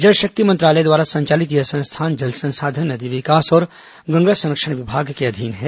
जल शक्ति मंत्रालय द्वारा संचालित यह संस्थान जल संसाधन नदी विकास और गंगा संरक्षण विभाग के अधीन है